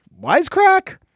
wisecrack